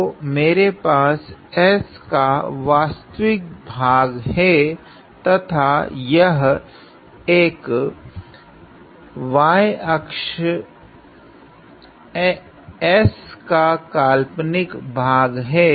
तो मेरे पास s का वास्तविक भाग है तथा यह अक y अक्ष s का काल्पनिक भाग हैं